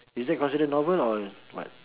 is that considered novel or what